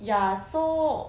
ya so